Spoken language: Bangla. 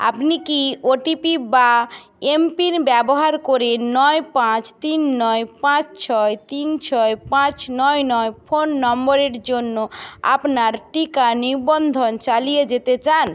আপনি কি ওটিপি বা এমপিন ব্যবহার করে নয় পাঁচ তিন নয় পাঁচ ছয় তিন ছয় পাঁচ নয় নয় ফোন নম্বরের জন্য আপনার টিকা নিবন্ধন চালিয়ে যেতে চান